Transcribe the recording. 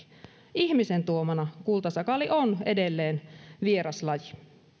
ihmisen tuomana kultasakaali on edelleen vieraslaji